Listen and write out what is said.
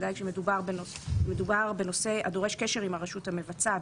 בוודאי כשמדובר בנושא הדורש קשר עם הרשות המבצעת,